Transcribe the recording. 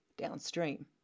downstream